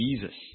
Jesus